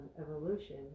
evolution